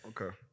Okay